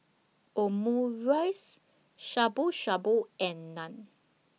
Omurice Shabu Shabu and Naan